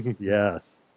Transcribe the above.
Yes